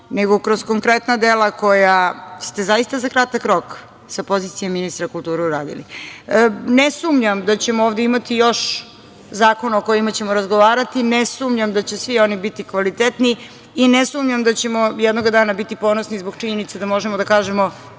nego kroz konkretna dela koja ste zaista za kratak rok sa pozicije ministra kulture uradili. Ne sumnjam da ćemo ovde imati još zakona o kojima ćemo razgovarati, ne sumnjam da će svi oni biti kvalitetni i ne sumnjam da ćemo jednog dana biti ponosni zbog činjenice da možemo da kažemo